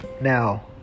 Now